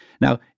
Now